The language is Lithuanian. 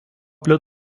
jos